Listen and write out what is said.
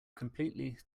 completely